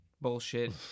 bullshit